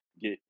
get